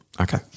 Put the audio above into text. okay